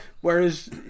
Whereas